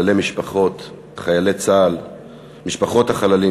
משפחות החללים,